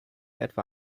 etwa